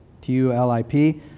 T-U-L-I-P